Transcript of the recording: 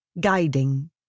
guiding